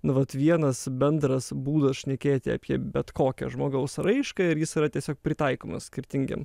nu vat vienas bendras būdas šnekėti apie bet kokią žmogaus raišką ir jis yra tiesiog pritaikomas skirtingiem